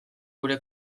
gure